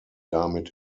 damit